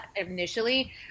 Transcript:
initially